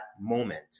moment